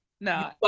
no